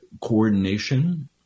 coordination